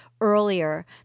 earlier